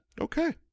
Okay